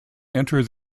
enter